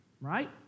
right